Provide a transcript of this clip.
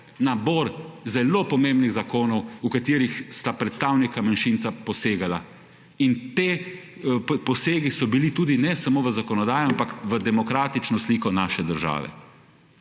nabor zelo pomembnih zakonov v katerih sta predstavnika manjšinca posegala. In ti posegi so bili tudi ne samo v zakonodajo, ampak v demokratično sliko naše države.